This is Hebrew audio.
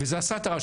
וזה עשה את הרעש.